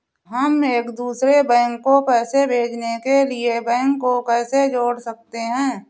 हम दूसरे बैंक को पैसे भेजने के लिए बैंक को कैसे जोड़ सकते हैं?